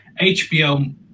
HBO